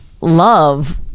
love